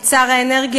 את שר האנרגיה,